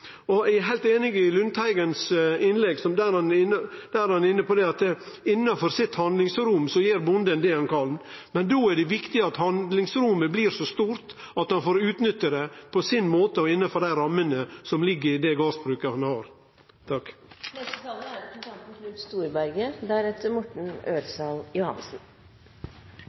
Eg er heilt einig i Lundteigens innlegg der han er inne på at innanfor sitt handlingsrom gjer bonden det han kan. Men då er det viktig at handlingsrommet blir så stort at han får utnytte det på sin måte innanfor dei rammene som ligg i det gardsbruket han har.